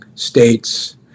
states